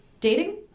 dating